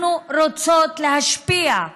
אנחנו רוצות להשפיע,